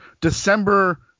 December